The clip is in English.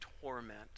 torment